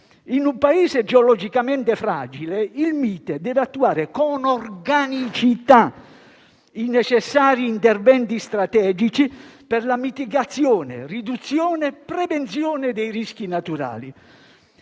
In un Paese geologicamente fragile, il Mite deve attuare con organicità i necessari interventi strategici per la mitigazione, riduzione e prevenzione dei rischi naturali.